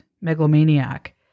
megalomaniac